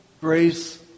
grace